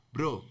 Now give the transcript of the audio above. Bro